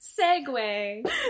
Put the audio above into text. Segue